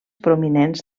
prominents